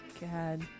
God